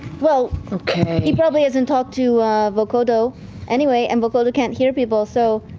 well, he probably doesn't talk to vokodo anyway, and vokodo can't hear people, so